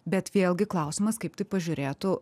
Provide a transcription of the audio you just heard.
bet vėlgi klausimas kaip tai pažiūrėtų